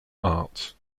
arts